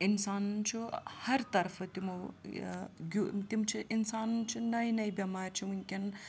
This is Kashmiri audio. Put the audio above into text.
اِنسانَن چھُ ہر طرفہٕ تِمو تِم چھِ اِنسانَن چھِ نَیہِ نَیہِ بٮ۪مارِ چھِ وٕنۍکٮ۪ن